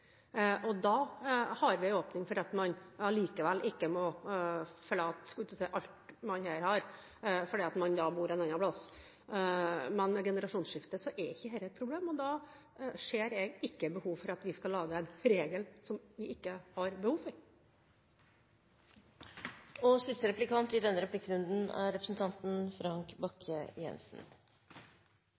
og da har vi åpnet for at man likevel ikke må forlate alt man har fordi om man bor en annen plass. Men ved generasjonsskifte er ikke dette noe problem, og da ser jeg ikke behov for at vi skal lage en regel som vi ikke har behov